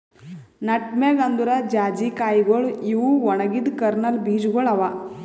nutmeg ಅಂದುರ್ ಜಾಯಿಕಾಯಿಗೊಳ್ ಇವು ಒಣಗಿದ್ ಕರ್ನಲ್ ಬೀಜಗೊಳ್ ಅವಾ